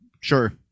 Sure